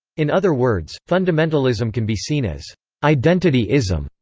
in other words, fundamentalism can be seen as identity-ism.